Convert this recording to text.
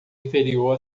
inferior